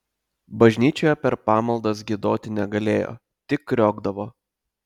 bažnyčioje per pamaldas giedoti negalėjo tik kriokdavo